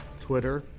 Twitter